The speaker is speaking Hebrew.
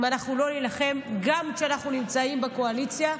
אם אנחנו לא נילחם גם כשאנחנו נמצאים בקואליציה,